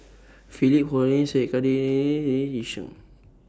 Philip Hoalim Syed Yi Sheng